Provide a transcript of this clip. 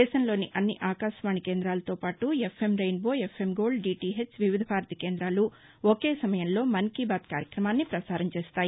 దేశంలోని అన్ని ఆకాశవాణి కేందాలతోపాటు FM rainbow FM gold DTH Vividh Bharati కేందాలు ఒకే సమయంలో మన్ కీ బాత్ కార్యక్రమాన్ని పసారం చేస్తాయి